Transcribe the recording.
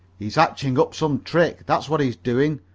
he's hatching up some trick, that's what he's doing.